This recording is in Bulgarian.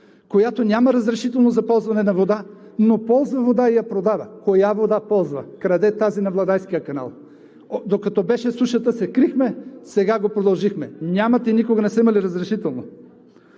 която няма разрешително за ползване на вода, но ползва вода и я продава. Коя вода ползва? Краде тази на Владайския канал. Докато беше сушата, се крихме, сега го продължихме. Нямат и никога не са имали разрешително!